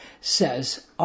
says